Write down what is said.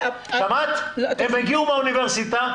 הם הגיעו מהאוניברסיטה,